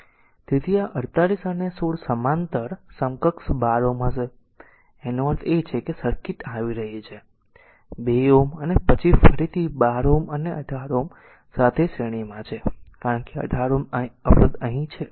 તેથી આ 48 અને 16 સમાંતર સમકક્ષ 12 Ω હશે તેથી તેનો અર્થ એ છે કે સર્કિટ આવી રહી છે a2 Ω અને પછી ફરીથી 12 Ω 18 Ω સાથે શ્રેણીમાં છે કારણ કે 18 Ω અવરોધ અહીં છે